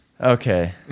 Okay